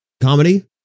comedy